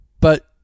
But-